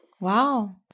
Wow